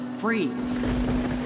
free